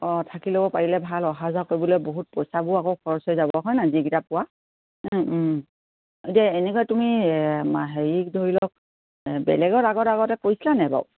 অঁ থাকি ল'ব পাৰিলে ভাল অহা যোৱা কৰিবলৈ বহুত পইচাবোৰ আকৌ খৰচ হৈ যাব হয় ন যিকিটা পোৱা এতিয়া এনেকৈ তুমি হেৰি ধৰি লওক বেলেগত আগত আগতে কৈছিলা নে বাউ